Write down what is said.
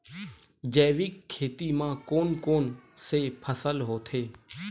जैविक खेती म कोन कोन से फसल होथे?